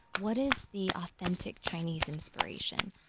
what is the authentic chinese inspiration?